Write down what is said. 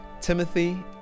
Timothy